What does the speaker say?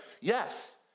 yes